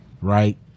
right